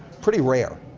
pretty rare.